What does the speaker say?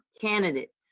candidates